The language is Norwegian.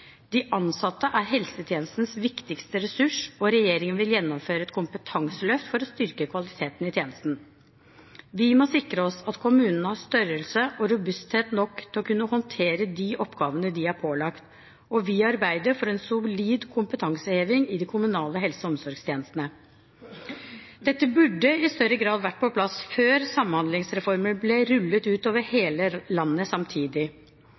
De ansatte er helsetjenestens viktigste ressurs og regjeringen vil gjennomføre et kompetanseløft for å styrke kvaliteten i tjenesten.» Vi må sikre oss at kommunene har størrelse og robusthet nok til å kunne håndtere de oppgavene de er pålagt, og vi arbeider for en solid kompetanseheving i de kommunale helse- og omsorgstjenestene. Dette burde i større grad vært på plass før Samhandlingsreformen ble rullet utover hele landet samtidig.